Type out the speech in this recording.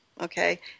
okay